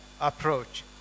approach